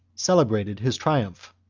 celebrated his triumph.